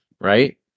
right